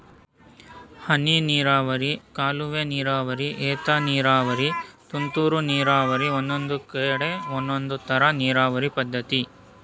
ಹನಿನೀರಾವರಿ ಕಾಲುವೆನೀರಾವರಿ ಏತನೀರಾವರಿ ತುಂತುರು ನೀರಾವರಿ ಒಂದೊಂದ್ಕಡೆ ಒಂದೊಂದ್ತರ ನೀರಾವರಿ ಪದ್ಧತಿ